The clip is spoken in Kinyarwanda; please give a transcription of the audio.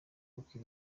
kuko